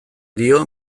dio